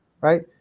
right